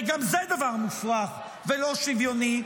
וגם זה דבר מופרך ולא שוויוני,